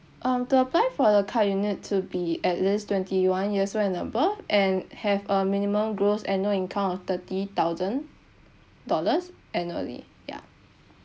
um to apply for the card you need to be at least twenty one years old and above and have a minimum gross annual income of thirty thousand dollars annually yeah